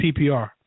PPR